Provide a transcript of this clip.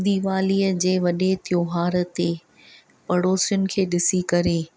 दीवालीअ जे वॾे त्योहार ते पड़ोसियुनि खे ॾिसी करे